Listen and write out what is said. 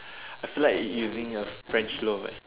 I feel like using a French-loaf eh